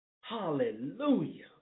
Hallelujah